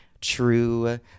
True